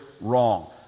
wrong